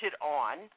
on